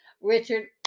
Richard